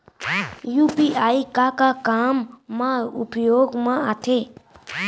UPI का का काम मा उपयोग मा आथे?